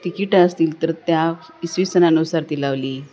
तिकिटं असतील तर त्या इसवीसनानुसार ती लावली